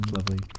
Lovely